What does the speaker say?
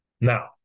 Now